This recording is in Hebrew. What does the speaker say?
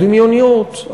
או דמיוניות,